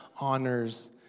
honors